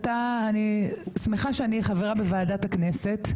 אני שמחה שאני חברה בוועדת הכנסת,